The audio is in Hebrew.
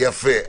-- יפה.